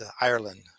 Ireland